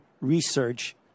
research